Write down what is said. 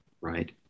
right